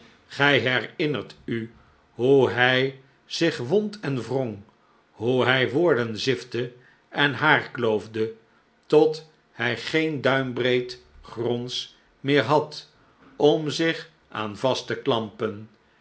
gij herinnert u hoe hij zich wond en wrong hoe hij woorden zifte en haarkloofde tot hij geen duim breed gronds meer had om zich aan vast te klampen